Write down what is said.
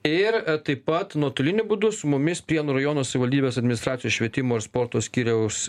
ir taip pat nuotoliniu būdu su mumis prienų rajono savivaldybės administracijos švietimo ir sporto skyriaus